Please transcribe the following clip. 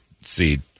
seed